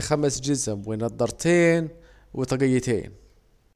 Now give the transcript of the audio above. خمس جزم ونضارتين وطاجيتين